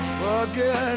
forget